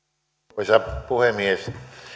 arvoisa puhemies